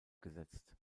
gesetzt